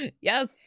yes